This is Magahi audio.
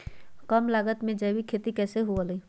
कम लागत में जैविक खेती कैसे हुआ लाई?